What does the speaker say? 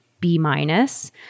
B-minus